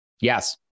Yes